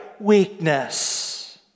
Weakness